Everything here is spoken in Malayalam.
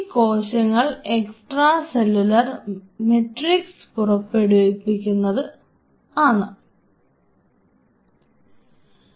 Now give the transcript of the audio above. ഈ കോശങ്ങൾ എക്സ്ട്രാ സെല്ലുലാർ മാട്രിക്സ് പുറപ്പെടുവിക്കുന്നത് കാണാൻ സാധിക്കും